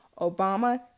Obama